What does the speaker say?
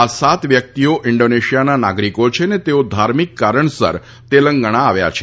આ સાત જ વ્યક્તિઓ ઇન્ડોનેશિયાના નાગરિકો છે અને તેઓ ધાર્મિક કારણસર તેલંગાણા આવ્યા છે